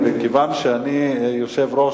מכיוון שאני יושב-ראש,